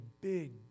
big